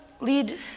lead